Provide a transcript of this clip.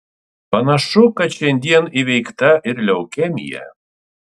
panašu kad šiandien įveikta ir leukemija